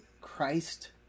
Christ